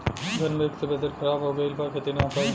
घन मेघ से वेदर ख़राब हो गइल बा खेती न हो पाई